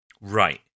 Right